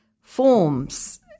forms